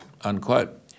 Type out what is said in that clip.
unquote